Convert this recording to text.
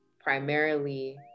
primarily